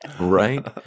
Right